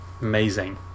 amazing